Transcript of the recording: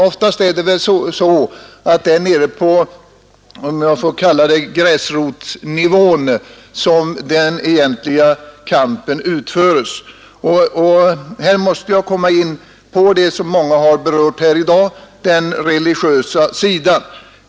Oftast är det väl nere på den s.k. gräsrotsnivån som den egentliga kampen förs. I detta sammanhang måste jag komma in på något som många har berört här i dag, nämligen den religiösa aspekten.